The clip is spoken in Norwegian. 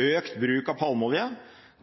økt bruk av palmeolje